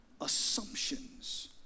assumptions